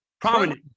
Prominent